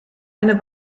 eine